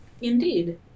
Indeed